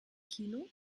kino